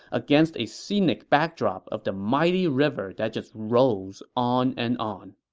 against a scenic backdrop of the mighty river that just rolls on and on